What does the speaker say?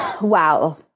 Wow